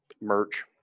merch